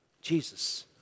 Jesus